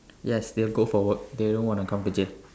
yes they'll go for work they don't want to come to jail